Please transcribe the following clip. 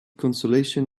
consolation